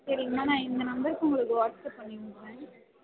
சரிங்கமா நான் இந்த நம்பருக்கு உங்களுக்கு வாட்ஸ்ஆப் பண்ணி விட்றேன்